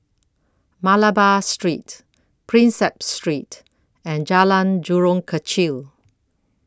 Malabar Street Prinsep Street and Jalan Jurong Kechil